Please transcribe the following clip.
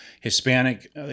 Hispanic